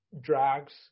drags